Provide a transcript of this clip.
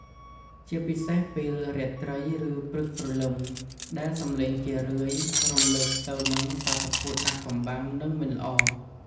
ជាពិសេសពេលរាត្រី ឬព្រឹកព្រលឹម ដែលសំឡេងជារឿយរំលឹកទៅនឹងបាតុភូតអាថ៌កំបាំង និងមិនល្អ។